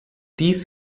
dies